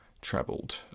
traveled